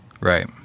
Right